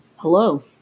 Hello